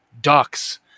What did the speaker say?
Ducks